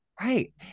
Right